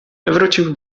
wrócił